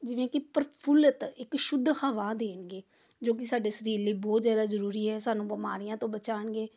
ਜਿਵੇਂ ਕੀ ਪ੍ਰਫੁੱਲਿਤ ਇੱਕ ਸ਼ੁੱਧ ਹਵਾ ਦੇਣਗੇ ਜੋ ਕਿ ਸਾਡੇ ਸਰੀਰ ਲਈ ਬਹੁਤ ਜ਼ਿਆਦਾ ਜ਼ਰੂਰੀ ਹੈ ਸਾਨੂੰ ਬਿਮਾਰੀਆਂ ਤੋਂ ਬਚਾਉਣਗੇ